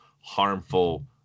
Harmful